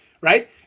right